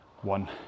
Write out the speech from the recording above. one